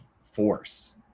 force